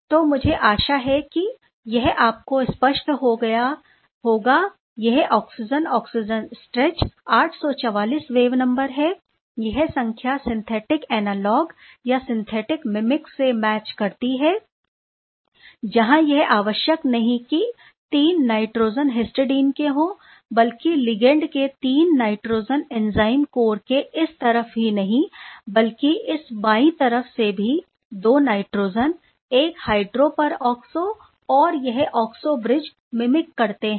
तो मुझे आशा है कि यह आपको स्पष्ट हो गया होगा यह oxygen oxygen stretch 844 wave number है यह संख्या सिंथेटिक एनालॉग या सिंथेटिक मिमिक से मैच करती है जहां यह आवश्यक नहीं कि तीन नाइट्रोजन हिस्टडीन के हो बल्कि लिगेंड के तीन नाइट्रोजन एंजाइम कोर के इस तरफ ही नहीं बल्कि इस बाई तरफ से भी दो नाइट्रोजन एक हाइड्रो पर ऑक्सो और यह ऑक्सो ब्रिज मिमिक करते हैं